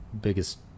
biggest